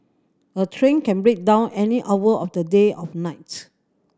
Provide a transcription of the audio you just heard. a train can break down any hour of the day of nights